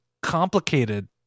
complicated